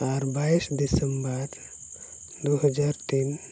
ᱟᱨ ᱵᱟᱭᱤᱥ ᱰᱤᱥᱮᱢᱵᱚᱨ ᱫᱩ ᱦᱟᱡᱟᱨ ᱛᱤᱱ